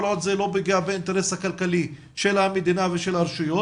כל עוד זה לא פוגע באינטרס הכלכלי של המדינה ושל הרשויות.